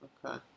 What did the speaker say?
Okay